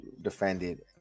defended